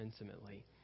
intimately